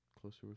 closer